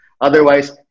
Otherwise